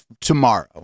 tomorrow